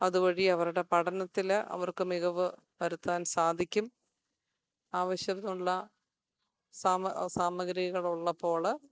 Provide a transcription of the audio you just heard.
അതുവഴി അവരുടെ പഠനത്തില് അവർക്ക് മികവ് വരുത്താൻ സാധിക്കും ആവിശ്യത്തിനുള്ള സാമ സാമഗ്രികളുള്ളപ്പോള്